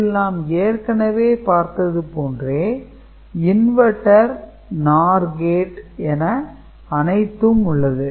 இதில் நாம் ஏற்கனவே பார்த்தது போன்றே Inverter NOR கேட் என அனைத்தும் உள்ளது